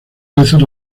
veces